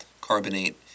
carbonate